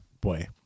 boy